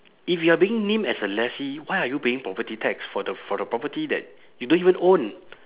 if you're being named as a lessee why are you paying property tax for the for the property that you don't even own